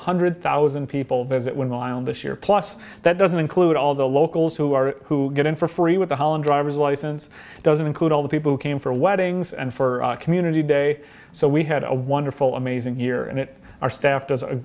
hundred thousand people visit went on this year plus that doesn't include all the locals who are who get in for free with the holland driver's license doesn't include all the people who came for weddings and for community day so we had a wonderful amazing year and it our staff does a